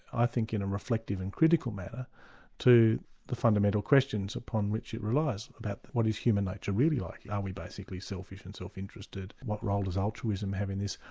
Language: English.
i think, in a reflective and critical manner to the fundamental questions upon which it relies, about what is human nature really like? are we basically selfish and self-interested? what role does altruism have in this?